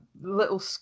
little